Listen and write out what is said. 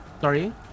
Sorry